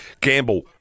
gamble